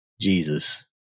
Jesus